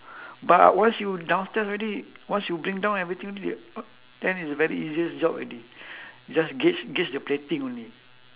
but uh once you downstairs already once you bring down everything then it's a very easiest job already you just gauge gauge the plating only